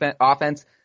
offense